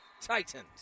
Titans